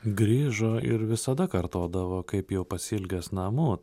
grįžo ir visada kartodavo kaip jau pasiilgęs namų